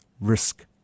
risk